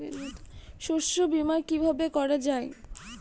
শস্য বীমা কিভাবে করা যায়?